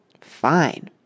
Fine